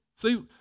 See